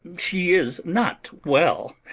she is not well,